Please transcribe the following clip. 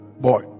boy